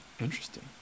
Interesting